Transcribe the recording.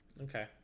Okay